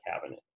cabinet